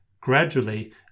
Gradually